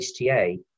HTA